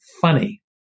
funny